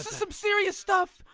some serious stuff!